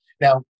Now